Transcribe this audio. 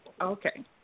Okay